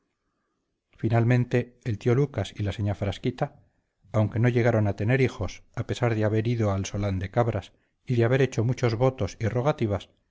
finalmente el tío lucas y la señá frasquita aunque no llegaron a tener hijos a pesar de haber ido al solán de cabras y de haber hecho muchos votos y rogativas